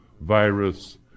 virus